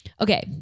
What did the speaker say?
Okay